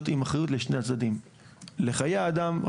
עם אחריות לשני הצדדים לחיי האדם.